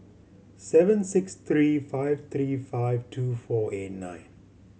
seven six three five three five two four eight nine